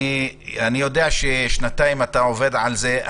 אני יודע ששנתיים אתה עובד על זה.